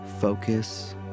focus